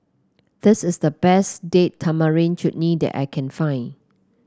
this is the best Date Tamarind Chutney that I can find